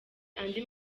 andi